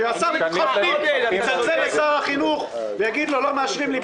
שהשר לביטחון פנים יתקשר לשר החינוך ויגיד לו: לא מאשרים לי.